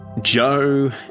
Joe